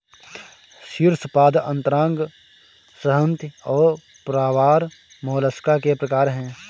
शीर्शपाद अंतरांग संहति और प्रावार मोलस्का के प्रकार है